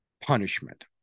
punishment